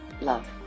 love